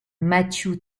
matthew